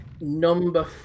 Number